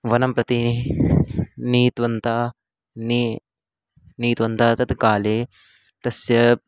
वनं प्रति नीतवन्तः नीत्वा नीतवन्तः तत् काले तस्य